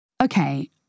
Okay